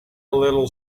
little